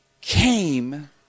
came